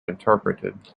interpreted